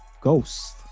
Ghost